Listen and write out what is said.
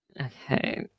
Okay